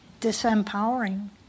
disempowering